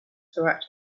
throughout